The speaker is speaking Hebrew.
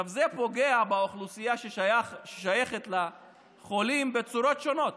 זה פוגע באוכלוסייה ששייכת לחולים בצורות שונות.